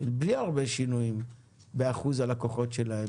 בלי הרבה שינויים באחוז הלקוחות שלהם,